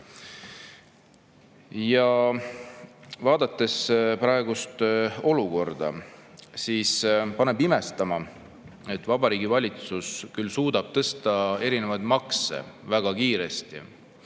Vaadates praegust olukorda, paneb imestama, et Vabariigi Valitsus suudab küll tõsta erinevaid makse väga kiiresti,